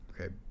Okay